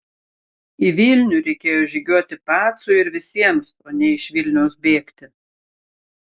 į vilnių reikėjo žygiuoti pacui ir visiems o ne iš vilniaus bėgti